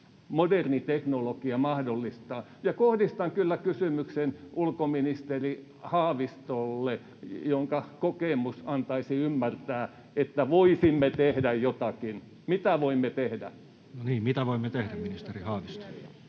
moderni teknologia mahdollistaa, ja kohdistan kyllä kysymyksen ulkoministeri Haavistolle, jonka kokemus antaisi ymmärtää, että voisimme tehdä jotakin: mitä voimme tehdä? [Speech 99] Speaker: Toinen